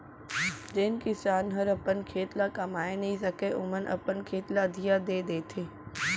जेन किसान हर अपन खेत ल कमाए नइ सकय ओमन अपन खेत ल अधिया दे देथे